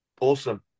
Awesome